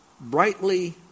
brightly